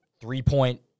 three-point